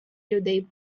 людей